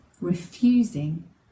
refusing